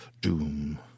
doom